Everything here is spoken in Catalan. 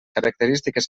característiques